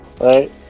right